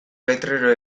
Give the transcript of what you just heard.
letrero